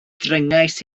dringais